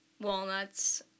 walnuts